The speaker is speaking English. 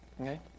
Okay